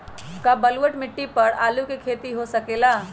का बलूअट मिट्टी पर आलू के खेती हो सकेला?